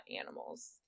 animals